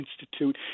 Institute